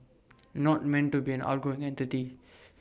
not meant to be an ongoing entity